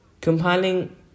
Compiling